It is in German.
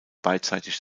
beidseitig